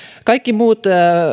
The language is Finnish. kaikki muut